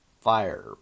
fire